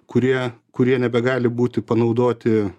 kurie kurie nebegali būti panaudoti